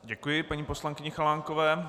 Děkuji paní poslankyni Chalánkové.